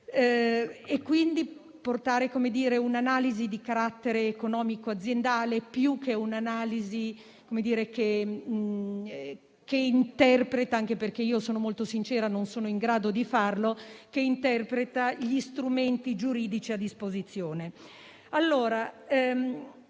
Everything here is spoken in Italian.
e, quindi, portare un'analisi di carattere economico-aziendale più che un'analisi che interpreta - anche perché, sono molto sincera e devo dire che non sono in grado di farlo - gli strumenti giuridici a disposizione.